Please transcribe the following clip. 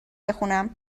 بخونم